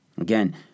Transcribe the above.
Again